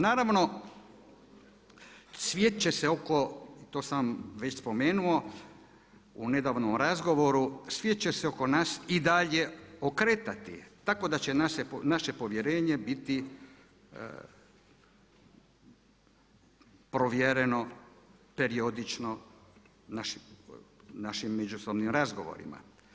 Naravno svijet će se, to sam vam već spomenuo u nedavnom razgovoru, svijet će se oko nas i dalje okretati tako da će naše povjerenje biti provjereno periodično našim međusobnim razgovorima.